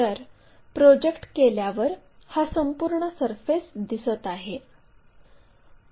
तर प्रोजेक्ट केल्यावर हा संपूर्ण सरफेस दिसत आहे